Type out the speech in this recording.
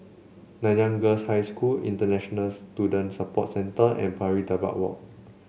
Nanyang Girls' High School International Students Support Centre and Pari Dedap Walk